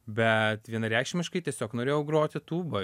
bet vienareikšmiškai tiesiog norėjau groti tūba